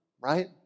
right